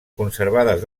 conservades